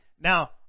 Now